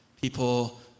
People